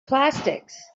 plastics